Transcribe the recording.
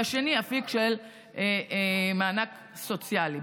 והשני אפיק של מענק סוציאלי.